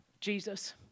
Jesus